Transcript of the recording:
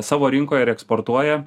savo rinkoje ir eksportuoja